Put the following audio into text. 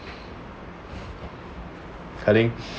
kai ling